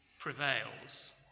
prevails